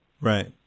Right